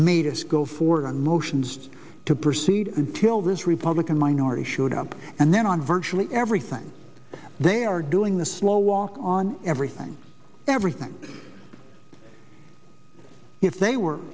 made us go forward on motions to proceed until this republican minority showed up and then on virtually everything they are doing the slow walk on everything everything if they were